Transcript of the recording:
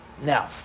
Now